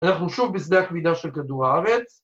‫אנחנו שוב בשדה הכבידה ‫של כדור הארץ.